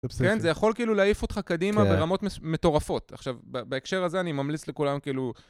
כן, זה יכול כאילו להעיף אותך קדימה ברמות מטורפות. עכשיו, בהקשר הזה אני ממליץ לכולם כאילו...